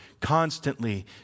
constantly